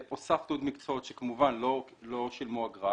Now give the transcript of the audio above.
הוספנו עוד מקצועות שכמובן לא שילמו אגרה